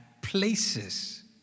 places